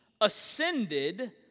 ascended